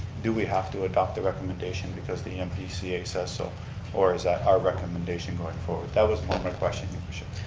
do we have to adopt their recommendation because the npca says so or is that our recommendation going forward? that was my question, your worship.